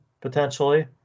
potentially